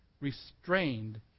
restrained